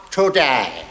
today